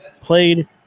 played